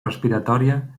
respiratòria